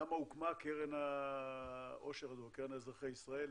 למה הוקמה קרן העושר הזאת, הקרן לאזרחי ישראל.